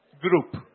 group